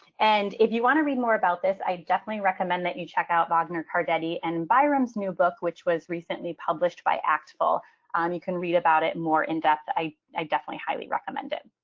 and if you want to read more about this, i definitely recommend that you check out wagner, cardetti and byram's new book, which was recently published by actfl. um you can read about it more in depth. i i definitely highly recommend it.